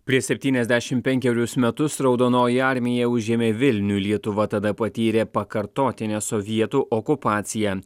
prieš septyniasdešim penkerius metus raudonoji armija užėmė vilnių lietuva tada patyrė pakartotinę sovietų okupaciją